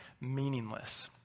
meaningless